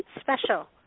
Special